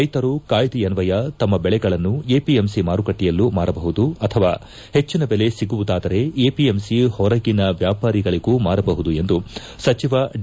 ರೈತರು ಕಾಯ್ದೆಯನ್ವಯ ತಮ್ಮ ಬೆಳೆಗಳನ್ನು ಎಪಿಎಂಸಿ ಮಾರುಕಟ್ಟೆಯಲ್ಲೂ ಮಾರಬಹುದು ಅಥವಾ ಪಟ್ಟಿನ ಬೆಲೆ ಸಿಗುವುದಾದರೆ ಎಪಿಎಂಸಿ ಹೊರಗಿನ ವ್ಯಾಪಾರಿಗಳಿಗೂ ಮಾರಬಹುದು ಎಂದು ಸಚಿವ ಡಿ